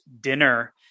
dinner